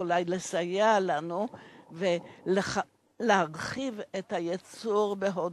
יכולה לסייע לנו להרחיב את הייצור בהודו.